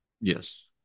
Yes